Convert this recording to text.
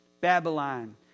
Babylon